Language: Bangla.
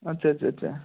আচ্চা আচ্চা আচ্চা